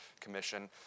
commission